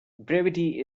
brevity